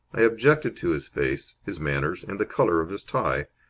i objected to his face, his manners, and the colour of his tie.